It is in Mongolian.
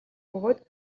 бөгөөд